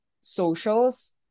socials